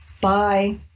Bye